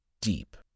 deep